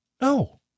no